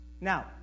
Now